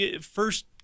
first